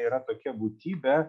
yra tokia būtybė